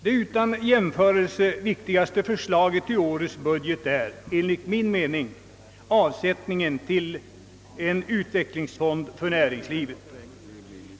Det utan jämförelse viktigaste förslaget i årets budget är enligt min mening avsättningen till en utvecklingsfond för näringslivet.